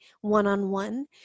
one-on-one